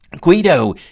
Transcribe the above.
Guido